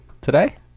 today